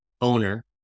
owner